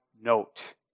note